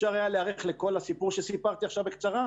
ואפשר היה להיערך לכל הסיפור שסיפרתי עכשיו בקצרה,